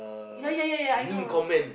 ya ya ya ya I know